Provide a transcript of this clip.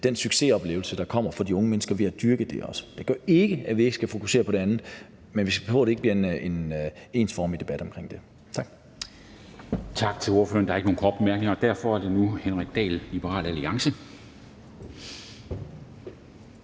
den succesoplevelse, der også kommer for de unge mennesker ved at dyrke det. Det gør ikke, at vi ikke skal fokusere på det andet, men vi skal passe på, at det ikke bliver en ensformig debat omkring det. Tak.